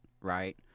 right